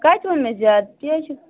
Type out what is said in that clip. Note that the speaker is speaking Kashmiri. کَتہِ ووٚنمےَ زیادٕ تی حظ چھُو